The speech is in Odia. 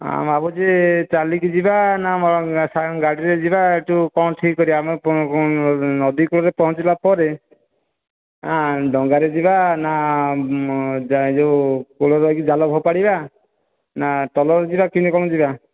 ଭାବୁଛି ଚାଲିକି ଯିବା ନା ଗାଡ଼ିରେ ଯିବା ତୁ କ'ଣ ଠିକ୍ କରିବା ନଦୀ କୂଳରେ ପହଁଞ୍ଚିଲା ପରେ ଡଙ୍ଗାରେ ଯିବା ନା ଯାଏ ଯେଉଁ କୂଳରେ ରହିକି ଜାଳ ଫୋପାଡ଼ିବା ନା ଟଲର୍ରେ ଯିବା କେମିତି କ'ଣ ଯିବା